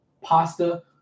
pasta